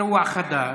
אירוע חדש.